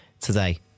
today